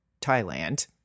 Thailand